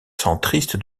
centriste